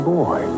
boy